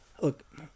Look